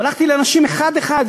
והלכתי לאנשים אחד-אחד,